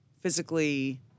physically